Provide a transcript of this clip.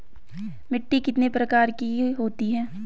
मिट्टी कितने प्रकार की होती है?